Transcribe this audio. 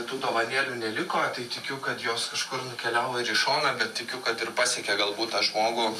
tų dovanėlių neliko tai tikiu kad jos kažkur keliauja ir į šoną bet tikiu kad ir pasiekė galbūt tą žmogų